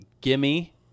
Gimme